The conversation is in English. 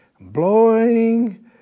blowing